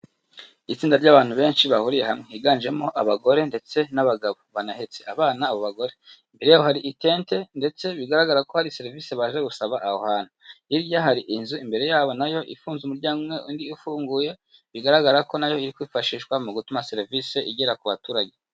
Itsinda ry'abantu benshi bahuriye hamwe higanjemo abagore ndetse n'abagabo, banahetse abana bagore imbere yabo hari itente ndetse bigaragara ko hari serivisi baje gusaba aho hantu, hirya hari inzu imbere yabo nayo ifunze umuryango umwe undi ufunguye, bigaragara ko nayo iri kwifashishwa mu gutuma serivisi igera ku baturage.